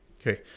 Okay